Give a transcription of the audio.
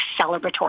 celebratory